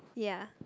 ya